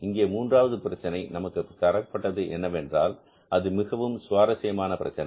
இங்கே மூன்றாவது பிரச்சனை நமக்கு தரப்பட்டது என்னவென்றால் அது மிகவும் சுவாரசியமான பிரச்சனை